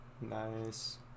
Nice